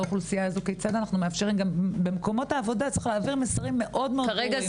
צריך להעביר מסרים מאוד ברורים במקומות העבודה.